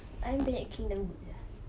ayam penyet kingdom good sia